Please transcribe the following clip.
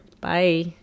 Bye